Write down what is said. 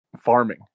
farming